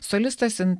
solistas in